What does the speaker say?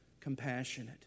compassionate